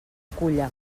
culla